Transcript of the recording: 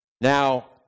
Now